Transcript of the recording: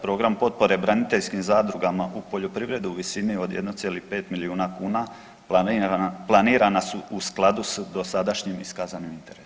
Program potpore braniteljskim zadrugama u poljoprivredi i visini od 1,5 milijuna kuna planirana su u skladu s dosadašnjim iskazanim interesom.